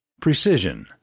Precision